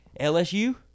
LSU